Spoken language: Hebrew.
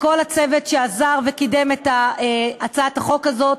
לכל הצוות שעזר וקידם את הצעת החוק הזאת.